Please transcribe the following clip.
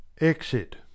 exit